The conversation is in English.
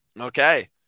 Okay